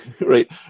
Right